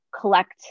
collect